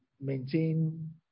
maintain